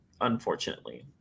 unfortunately